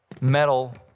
metal